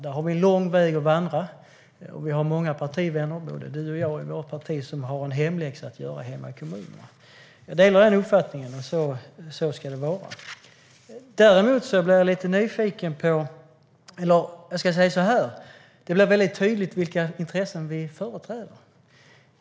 Där har vi en lång väg att vandra, och både Jan Ericson och jag har många partivänner som har en hemläxa att göra hemma i kommunerna. Jag delar alltså Jan Ericsons uppfattning om att så ska det vara. Däremot blir jag lite nyfiken. Det är tydligt vilka intressen vi företräder.